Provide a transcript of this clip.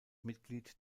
mitglied